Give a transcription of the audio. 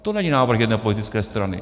To není návrh jedné politické strany.